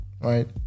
right